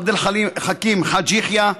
עבד אל חכים חאג' יחיא,